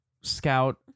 scout